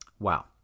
Wow